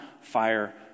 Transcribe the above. fire